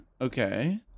okay